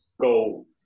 go –